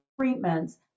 treatments